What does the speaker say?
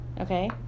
Okay